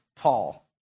Paul